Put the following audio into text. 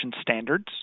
standards